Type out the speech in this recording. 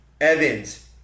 evans